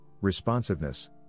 responsiveness